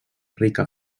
rica